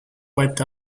wiped